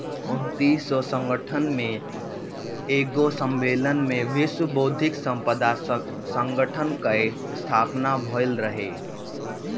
उन्नीस सौ सड़सठ में एगो सम्मलेन में विश्व बौद्धिक संपदा संगठन कअ स्थापना भइल रहे